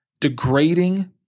degrading